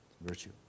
Virtue